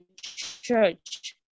church